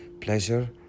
pleasure